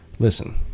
Listen